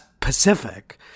Pacific